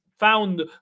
found